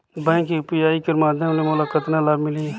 Bank UPI कर माध्यम ले मोला कतना लाभ मिली?